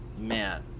man